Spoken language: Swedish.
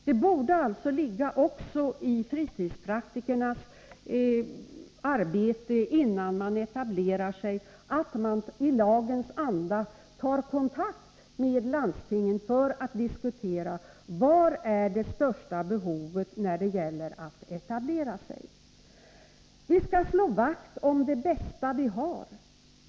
Det borde alltså ligga i fritidspraktikernas intresse att i lagens anda ta kontakt med landstingen och diskutera var det största behovet finns innan man etablerar sig. Vi skall slå vakt om det bästa vi har.